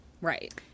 Right